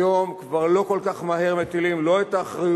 היום כבר לא כל כך מהר מטילים את האחריות,